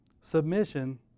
submission